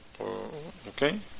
Okay